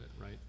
right